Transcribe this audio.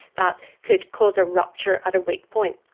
that could cause a rupture at a weak point.